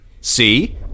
see